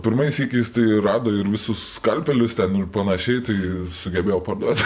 pirmais sykiais tai rado ir visus skalpelius ten ir panašiai tai sugebėjau parduot